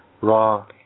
Raw